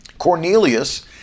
Cornelius